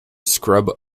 scrub